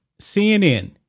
CNN